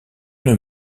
une